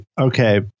okay